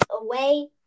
away